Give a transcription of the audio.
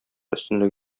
өстенлек